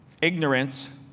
Ignorance